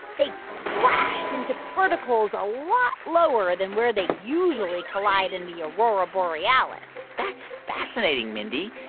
they crash into particles a lot lower than where they usually collide in the aurora borealis that's fascinating, mindy.